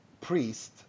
priest